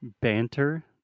Banter